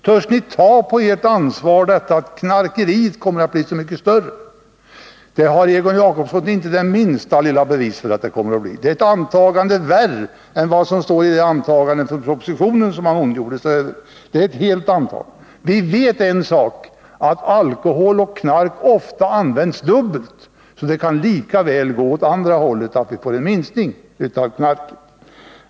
Törs ni ta på ert ansvar att ”knarkeriet” kommer att bli mycket större? Egon Jacobsson har inte det minsta bevis för att det kommer att öka. Det är ett löst antagande, lösare än det antagande som görs i propositionen och som Egon Jacobsson ondgjorde sig över. En sak som vi vet är att alkohol och knark ofta används dubbelt, så det kan lika väl gå åt andra hållet, att knarkanvändningen minskar.